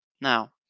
Now